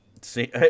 see